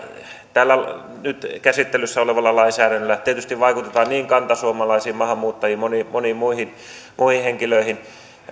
tällä nyt käsittelyssä olevalla lainsäädännöllä tietysti vaikutetaan niin kantasuomalaisiin maahanmuuttajiin moniin moniin muihin henkilöihin